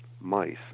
Mice